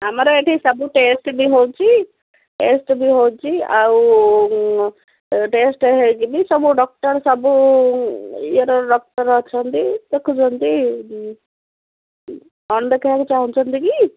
ଆମର ଏଠି ସବୁ ଟେଷ୍ଟ ବି ହେଉଛି ଟେଷ୍ଟ ବି ହେଉଛି ଆଉ ଟେଷ୍ଟ ହେଇଯିବ ବି ସବୁ ଡକ୍ଟର ସବୁ ଇଏର ଡକ୍ଟର ଅଛନ୍ତି ଦେଖୁଛନ୍ତି କ'ଣ ଦେଖେଇବାକୁ ଚାହୁଁଛନ୍ତି କି